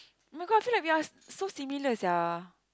oh-my-god I feel like we are so similar sia